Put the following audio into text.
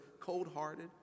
cold-hearted